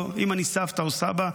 או אם אני סבתא או סבא,